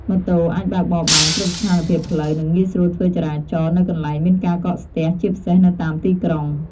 ម៉ូតូអាចបើកបរបាន គ្រប់ស្ថានភាពផ្លូវ និងងាយស្រួលធ្វើចរាចរណ៍នៅកន្លែងមានការកកស្ទះ ជាពិសេសនៅតាមទីក្រុង ។